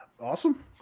Awesome